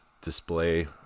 display